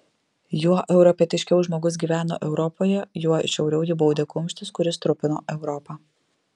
juo europietiškiau žmogus gyveno europoje juo žiauriau jį baudė kumštis kuris trupino europą